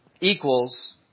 equals